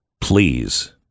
please